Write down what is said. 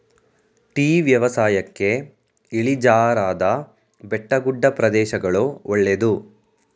tea ವ್ಯವಸಾಯಕ್ಕೆ ಇಳಿಜಾರಾದ ಬೆಟ್ಟಗುಡ್ಡ ಪ್ರದೇಶಗಳು ಒಳ್ಳೆದು